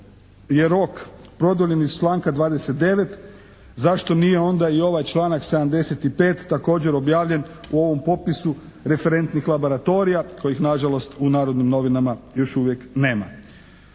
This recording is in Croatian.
je rok produljen iz članka 29. zašto nije onda i ovaj članak 75. također objavljen u ovom popisu referentnih laboratorija kojih nažalost u Narodnim novinama još uvijek nema.